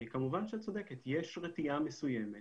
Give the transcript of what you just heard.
כמובן שאת צודקת, יש רתיעה מסוימת